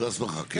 של ההסמכה.